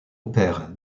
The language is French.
opère